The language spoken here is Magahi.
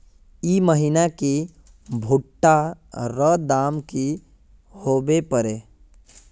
ई महीना की भुट्टा र दाम की होबे परे?